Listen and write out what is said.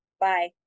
bye